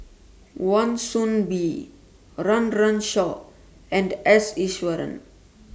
Wan Soon Bee Run Run Shaw and S Iswaran